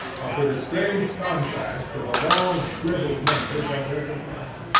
offered a strange contrast to the long shrivelled members of her companion.